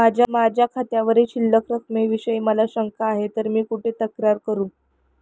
माझ्या खात्यावरील शिल्लक रकमेविषयी मला शंका आहे तर मी कुठे तक्रार करू?